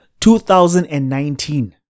2019